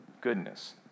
goodness